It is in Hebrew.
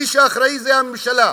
מי שאחראי זה הממשלה.